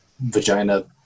vagina